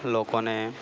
લોકોને